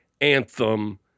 anthem